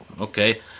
okay